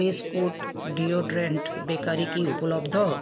biscuit deodorant bakery কি উপলব্ধ